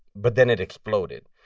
but then it exploded.